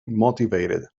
motivated